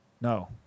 No